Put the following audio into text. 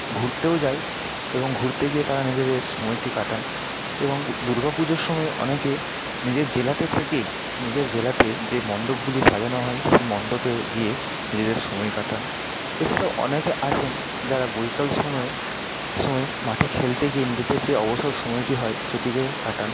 ঘুরতেও যায় এবং ঘুরতে গিয়ে তারা নিজেদের সময়টি কাটান এবং দুর্গা পুজোর সময় অনেকে নিজের জেলাতে থেকেই নিজের জেলাতে যে মন্ডপগুলি সাজানো হয় সেই মন্ডপে গিয়ে নিজেদের সময় কাটান এছাড়াও অনেকে আছেন যারা বৈকাল সময়ে সময় মাঠে খেলতে গিয়ে নিজেদের যে অবসর সময়টি হয় সেটিকে কাটান